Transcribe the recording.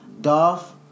Dolph